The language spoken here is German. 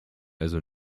also